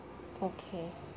okay